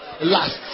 last